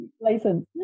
license